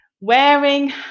wearing